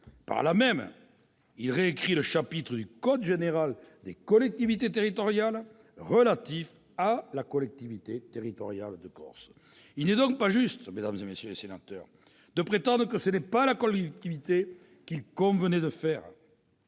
Pour cela, il réécrit le chapitre du code général des collectivités territoriales relatif à la collectivité territoriale de Corse. Il n'est donc pas juste de prétendre que ce n'est pas la collectivité qu'il convenait de faire.